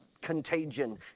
contagion